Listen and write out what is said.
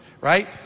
Right